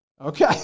Okay